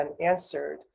unanswered